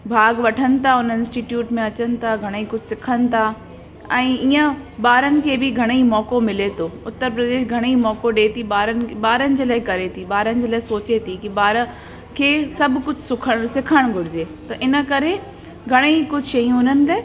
भाॻु वठनि था हुन इंस्टिट्यूट में अचनि था घणेई कुझु सिखनि था ऐं इअं बारनि खे बि घणेई मौक़ो मिले थो उत्तर प्रदेश घणेई मौक़ो ॾे थी बार बारनि जे लाइ करे थी बारनि जे लाइ सोचे थी कि बार खे सभु कुझु सुखण सिखण घुरिजे त इनकरे घणेई कुझु चई हुननि खे